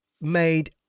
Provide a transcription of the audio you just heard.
made